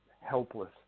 helpless